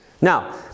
Now